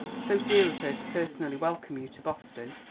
so dear of her to personally welcome you to boston!